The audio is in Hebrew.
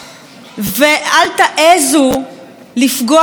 ואל תעזו לפגוע בעיקרון,